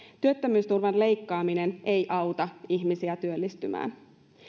työttömyysturvan leikkaaminen ei auta ihmisiä työllistymään